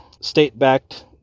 state-backed